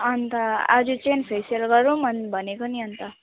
अनि त आज चाहिँ फेसियल गरौँ अनि भनेको नि अनि त